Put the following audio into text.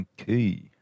Okay